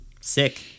Sick